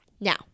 Now